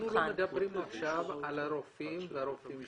אנחנו לא מדברים עכשיו על הרופאים ועל רופאי השיניים.